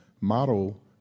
model